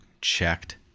checked